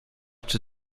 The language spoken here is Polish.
czy